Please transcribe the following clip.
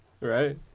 Right